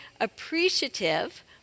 appreciative